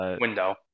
window